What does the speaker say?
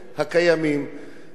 באוניברסיטאות השונות.